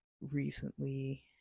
recently